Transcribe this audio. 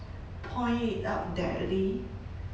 point it out directly